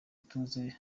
ituze